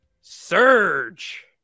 Surge